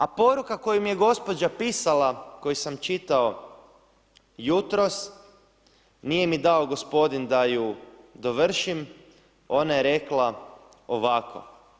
A poruka koju mi je gospođa pisala, koju sam čitao jutros, nije mi dao gospodin da ju dovršim, ona je rekla ovako.